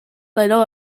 later